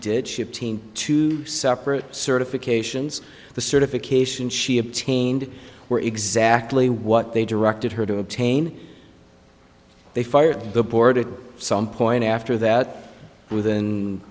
did ship teen two separate certifications the certification she obtained were exactly what they directed her to obtain they fired the board at some point after that within